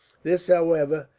this, however,